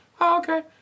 Okay